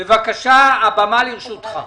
בבקשה, הבמה לרשותך.